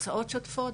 הוצאות שוטפות,